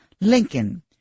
Lincoln